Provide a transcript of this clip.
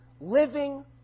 living